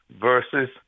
versus